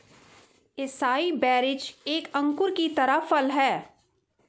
acai berries एक अंगूर की तरह फल हैं